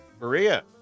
Maria